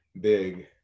big